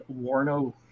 Warno